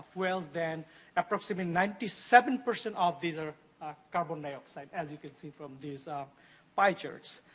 fuels, then approximately ninety seven percent of these are carbon dioxide, as you can see from these pie charts.